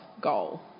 goal